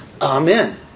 Amen